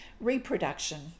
Reproduction